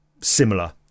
similar